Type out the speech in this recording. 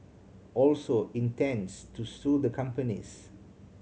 also intends to sue the companies